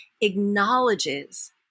acknowledges